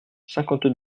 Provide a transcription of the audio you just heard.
cinquante